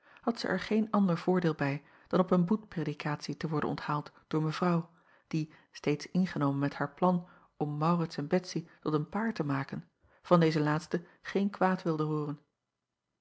had zij er geen ander voordeel bij dan op een boetpredikatie te acob van ennep laasje evenster delen worden onthaald door evrouw die steeds ingenomen met haar plan om aurits en etsy tot een paar te maken van deze laatste geen kwaad wilde hooren